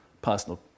personal